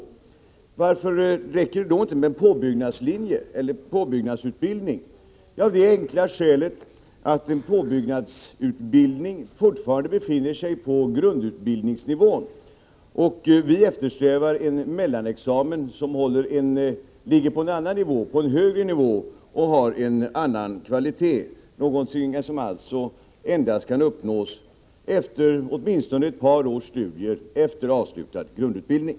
Varför räcker det då inte med en påbyggnadslinje eller en påbyggnadsutbildning? Jo, av det enkla skälet att en påbyggnadsutbildning fortfarande befinner sig på grundutbildningsnivån. Vi eftersträvar en mellanexamen som ligger på en högre nivå och som har en annan kvalitet, något som kan uppnås endast efter åtminstone ett par års studier efter avslutad grundutbildning.